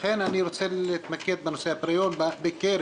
לכן, אני רוצה להתמקד בנושא הפריון בקרב